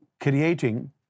creating